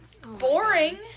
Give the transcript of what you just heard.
Boring